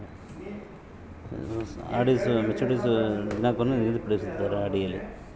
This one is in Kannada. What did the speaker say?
ನನ್ನ ಆರ್.ಡಿ ಯಲ್ಲಿ ನನ್ನ ಮೆಚುರಿಟಿ ಸೂಚನೆಯನ್ನು ತಿಳಿಯಲು ನಾನು ಬಯಸುತ್ತೇನೆ